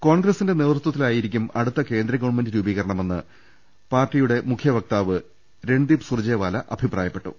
കോൺഗ്രസിന്റെ നേതൃ ത്വത്തിലായിരിക്കും അടുത്ത കേന്ദ്ര ഗവൺമെന്റ് രൂപീകരണമെന്ന് കോൺഗ്രസ് മുഖ്യ വക്താവ് രൺദീപ് സുർജേവാല അഭിപ്രായപ്പെട്ടു